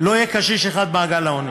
לא יהיה קשיש אחד במעגל העוני.